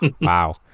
Wow